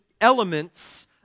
elements